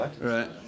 right